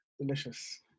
delicious